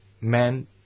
men